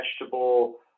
vegetable